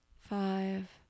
five